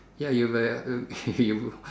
ya you're you